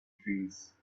trees